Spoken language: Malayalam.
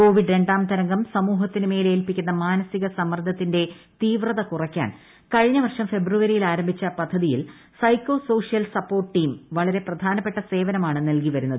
കോവിഡ് രണ്ടാം തരംഗം സമൂഹത്തിനുമേൽ ഏൽപ്പിക്കുന്ന മാനസിക സമ്മർദ്ദത്തിന്റെ തീവ്രത കുറയ്ക്കാൻ കഴിഞ്ഞ വർഷം ഫെബ്രുവരിയിൽ ആരംഭിച്ച പദ്ധതിയിൽ സൈക്കോ സോഷ്യൽ സപ്പോർട്ട് ടീം വളരെ പ്രധാനപ്പെട്ട സേവനമാണ് നൽകി വരുന്നത്